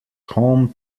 home